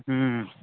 ꯎꯝ